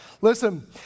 Listen